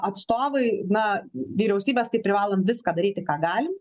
atstovai na vyriausybės tai privalom viską daryti ką galim